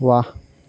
ৱাহ